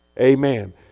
Amen